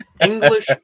English